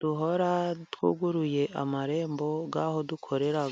duhora twuguruye amarembo y'aho dukorera.